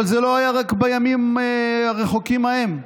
אבל זה לא היה רק בימים הרחוקים ההם.